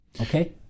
okay